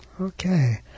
Okay